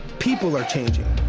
people are changing,